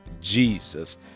jesus